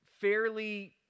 fairly